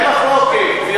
רגע, אין מחלוקת, גברתי.